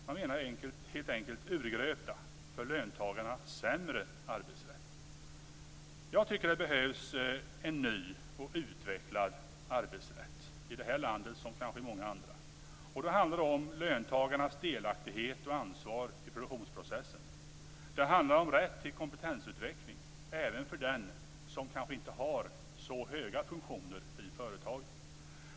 Man menar helt enkelt urgröpta för löntagarna sämre arbetsrättsregler. Jag tycker att det behövs en ny och utvecklad arbetsrätt i det här landet som kanske i många andra. Det handlar om löntagarnas delaktighet och ansvar i produktionsprocessen. Det handlar om rätt till kompetensutveckling även för den som kanske inte har så höga funktioner i företaget.